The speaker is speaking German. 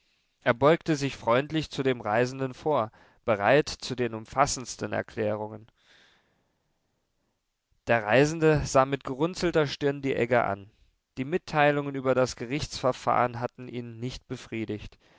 er beugte sich freundlich zu dem reisenden vor bereit zu den umfassendsten erklärungen der reisende sah mit gerunzelter stirn die egge an die mitteilungen über das gerichtsverfahren hatten ihn nicht befriedigt